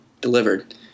delivered